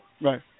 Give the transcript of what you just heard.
right